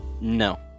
No